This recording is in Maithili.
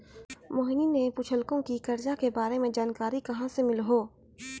मोहिनी ने पूछलकै की करजा के बारे मे जानकारी कहाँ से मिल्हौं